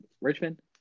Richmond